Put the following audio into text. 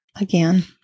again